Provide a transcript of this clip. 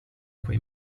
quei